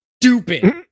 stupid